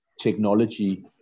technology